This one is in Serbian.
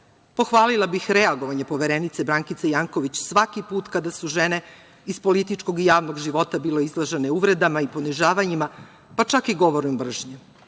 pohvalila bi reagovanje Poverenice Brankice Janković svaki put kada su žene iz političkog i javnog života bile izložene uvredama i ponižavanjima, pa čak i govorom mržnje